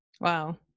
Wow